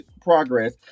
progress